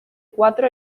cuatro